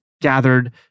gathered